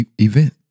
event